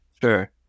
Sure